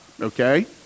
okay